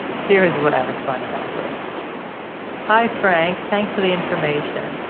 here is what i responded back with hi frank, thanks for the information!